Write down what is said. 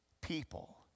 people